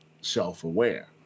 self-aware